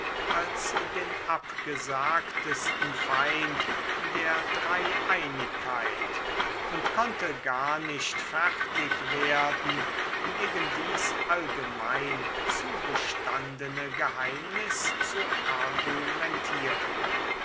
als den abgesagtesten feind der dreieinigkeit und konnte gar nicht fertig werden gegen dies allgemein zugestandene geheimnis zu argumentieren